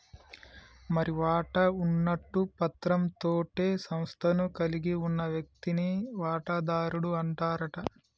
మరి వాటా ఉన్నట్టు పత్రం తోటే సంస్థను కలిగి ఉన్న వ్యక్తిని వాటాదారుడు అంటారట